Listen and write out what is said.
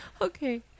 okay